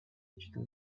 digital